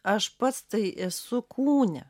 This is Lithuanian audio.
aš pats tai esu kūne